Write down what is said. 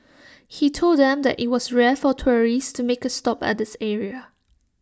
he told them that IT was rare for tourists to make A stop at this area